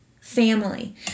family